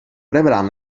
rebran